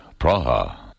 Praha